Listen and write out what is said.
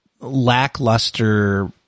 lackluster